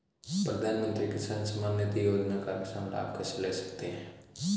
प्रधानमंत्री किसान सम्मान निधि योजना का किसान लाभ कैसे ले सकते हैं?